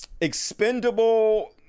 expendable